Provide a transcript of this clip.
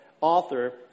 author